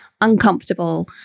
uncomfortable